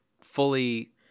fully